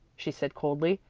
she said coldly,